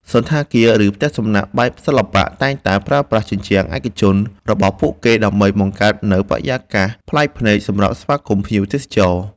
សណ្ឋាគារ ឬផ្ទះសំណាក់បែបសិល្បៈ តែងតែប្រើប្រាស់ជញ្ជាំងឯកជនរបស់ពួកគេដើម្បីបង្កើតនូវបរិយាកាសប្លែកភ្នែកសម្រាប់ស្វាគមន៍ភ្ញៀវទេសចរ។